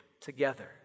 together